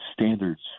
standards